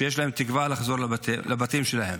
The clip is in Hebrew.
שיש להם תקווה לחזור לבתים שלהם.